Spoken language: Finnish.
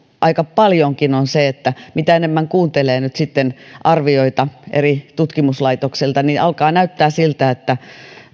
aika paljonkin on se että mitä enemmän kuuntelee arvioita eri tutkimuslaitoksilta niin alkaa näyttää siltä että